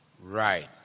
Right